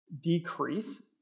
decrease